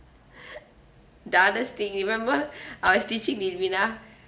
the others thing remember I was teaching rivenna